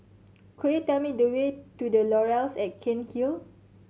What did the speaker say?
could you tell me the way to The Laurels at Cairnhill